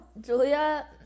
Julia